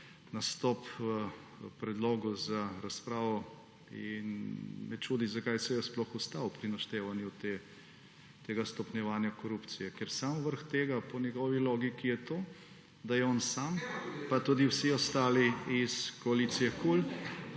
nastop v predlogu za razpravo. In me čudi, zakaj se je sploh ustavil pri naštevanju tega stopnjevanja korupcije. Ker sam vrh tega po njegovi logiki je to, da je on sam pa tudi vsi ostali iz koalicije KUL